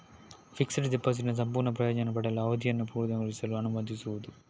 fixed ಡೆಪಾಸಿಟಿನ ಸಂಪೂರ್ಣ ಪ್ರಯೋಜನವನ್ನು ಪಡೆಯಲು, ಅವಧಿಯನ್ನು ಪೂರ್ಣಗೊಳಿಸಲು ಅನುಮತಿಸುವುದು